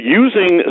using